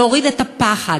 להוריד את הפחד,